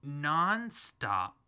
nonstop